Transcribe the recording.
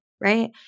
right